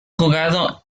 jugado